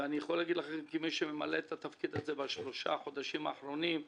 אני יכול להגיד לכם כמי שממלא את התפקיד הזה בשלושת החודשים האחרונים,